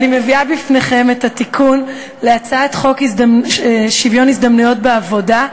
אני מביאה בפניכם את הצעת חוק לתיקון חוק שוויון ההזדמנויות בעבודה,